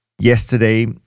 yesterday